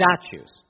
statues